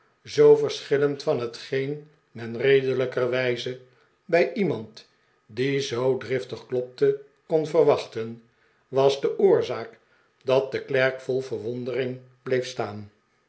zoo verschillend van hetgeen men redelijkerwijze bij iemand die zoo driftig klopte kon verwachten was de oorzaak dat de klerk vol verwondering bleef staan